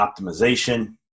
optimization